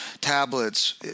tablets